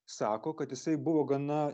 sako kad jisai buvo gana